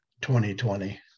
2020